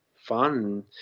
fun